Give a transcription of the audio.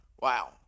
Wow